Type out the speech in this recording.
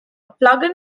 plugin